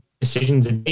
decisions